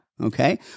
Okay